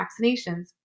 vaccinations